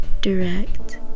direct